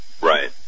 Right